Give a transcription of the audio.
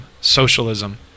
socialism